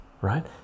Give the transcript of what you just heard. right